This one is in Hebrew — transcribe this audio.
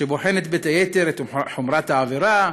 והיא בוחנת בין היתר את חומרת העבירה,